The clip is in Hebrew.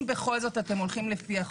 אם בכל זאת אתם הולכים לפי החוק,